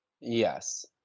Yes